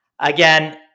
Again